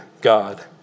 God